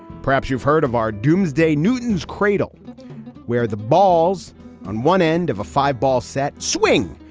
perhaps you've heard of our doomsday newton's cradle where the balls on one end of a five ball set swing,